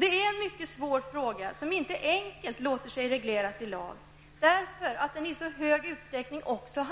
Det är en mycket svår fråga, som inte enkelt låter sig regleras i lag. Den handlar nämligen i så hög utsträckning också